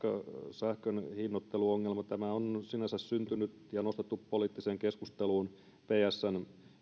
sähkön hinnoitteluongelma on sinänsä syntynyt ja nostettu poliittiseen keskusteluun psn